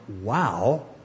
wow